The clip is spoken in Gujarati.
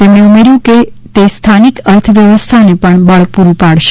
તેમણે ઉમેર્યું કે તે સ્થાનિક અર્થવ્યવસ્થાને પણ બળ પૂરું પાડશે